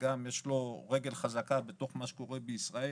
ויש לו גם רגל חזקה בתוך מה שקורה בישראל,